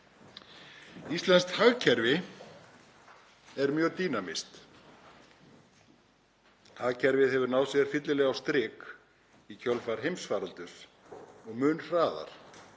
Íslenskt hagkerfi er mjög dýnamískt. Hagkerfið hefur náð sér fyllilega á strik í kjölfar heimsfaraldurs og mun hraðar